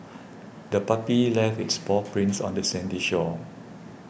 the puppy left its paw prints on the sandy shore